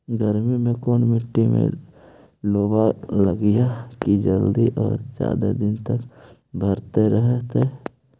गर्मी में कोन मट्टी में लोबा लगियै कि जल्दी और जादे दिन तक भरतै रहतै?